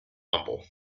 humble